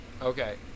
Okay